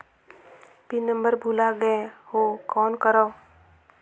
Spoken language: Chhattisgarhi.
पिन नंबर भुला गयें हो कौन करव?